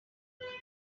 تهیه